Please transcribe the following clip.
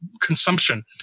consumption